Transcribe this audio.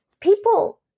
People